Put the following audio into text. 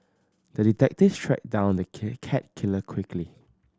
the detective tracked down the kit cat killer quickly